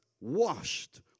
washed